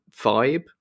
vibe